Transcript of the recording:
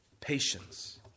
Patience